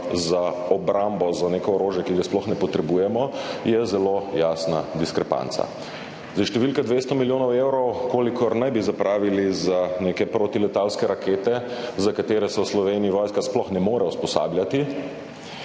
za obrambo za neko orožje, ki ga sploh ne potrebujemo, je zelo jasna diskrepanca. Številka 200 milijonov evrov, kolikor naj bi zapravili za neke protiletalske rakete, za katere se v Sloveniji vojska sploh ne more usposabljati,